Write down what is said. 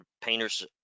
painters